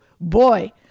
boy